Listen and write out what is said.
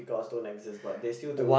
gods don't exist but they still do